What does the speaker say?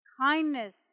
kindness